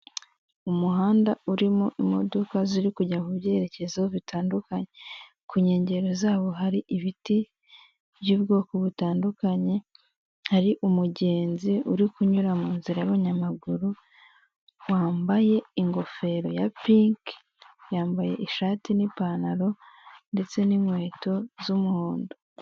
Umuhanda urimo imodoka ziri kujya mu byerekezo bitandukanye. Ku nkengero zawo hari ibiti by'ubwoko butandukanye, hari umugenzi uri kunyura mu nzira y'abanyamaguru, wambaye ingofero ya pinki, yambaye ishati n'ipantaro, ndetse n'inkweto z'umuhondo.